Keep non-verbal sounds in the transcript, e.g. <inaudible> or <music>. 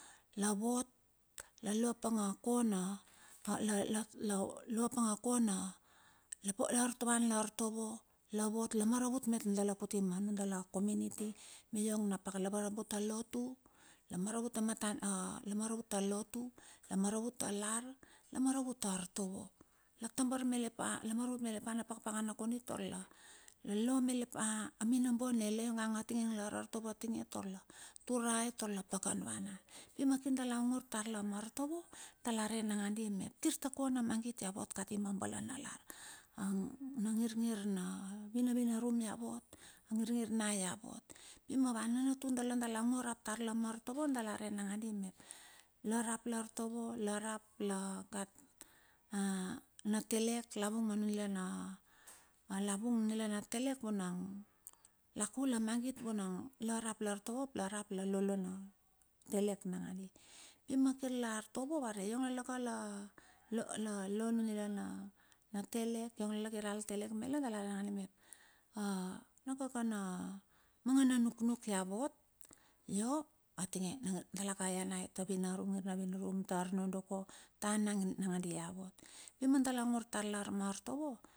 La vot lalo apange a kona, <hesitation> la lopange a kona, la van la artovo. la vot la maravut malet dala kuti ma nundala na community. Lavot la maravut a lotu, la maravut a matanitu la maravut a lotu, la maravut a lar, la maravut artovo. La tarbar malet pa la maravut malet pa na pakapakana kondi tar la lo malet pa a minombo ni la ionge la arartovo atinge tar la turae tar la pakan vanan. Dala ongor tar la ma artovo. tar la re nakandi mep kirta kna magit ia vot kati ma bala na lar. Na ngir ngir na vinavinarum ia vot, angirngir na ia vot pi ma va nanatu dala, dala ongor rap tatar la ma artovo, dala ran nakandi mep, la rap la artovo, la rap la gat a na telek la vung ma nunila na telek, la kul a magit vunang larap la artovo la rap la lolo na telek nakandi. Pima kir la artovo ionglala ka la lo nila inala na telek, iong lala kiral telek mela, dala ran nangandi mep na kakana manga na nuknuk ia vot, lo atinge dala kaianai ta mangana vinarum ta arnodoko ta an nakandi ia vot, pina dala ongor tar ma artovo.